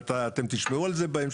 ואתם תשמעו על זה בהמשך.